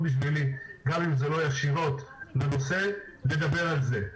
בשבילי גם אם זה לא ישירות לנושא לדבר על זה.